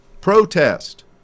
Protest